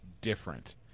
different